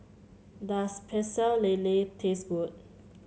does Pecel Lele taste good